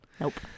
Nope